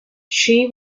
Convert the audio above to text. she